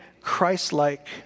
Christ-like